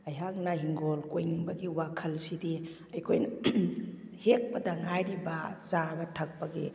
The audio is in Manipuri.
ꯑꯩꯍꯥꯛꯅ ꯍꯤꯡꯒꯣꯜ ꯀꯣꯏꯅꯤꯡꯕꯒꯤ ꯋꯥꯈꯜꯁꯤꯗꯤ ꯑꯩꯈꯣꯏꯅ ꯍꯦꯛꯄꯗ ꯉꯥꯏꯔꯤꯕ ꯆꯥꯕ ꯊꯛꯄꯒꯤ